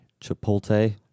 Chipotle